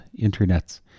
internets